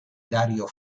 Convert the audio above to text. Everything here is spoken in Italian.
dario